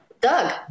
Doug